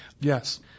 yes